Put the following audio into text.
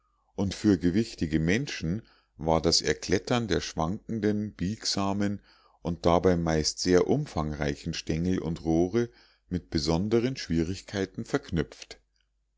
und für gewichtige menschen war das erklettern der schwankenden biegsamen und dabei meist sehr umfangreichen stengel und rohre mit besonderen schwierigkeiten verknüpft